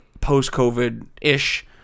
post-COVID-ish